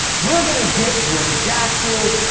we're going to get redacted,